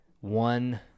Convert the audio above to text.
one